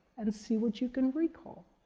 and see what you can recall.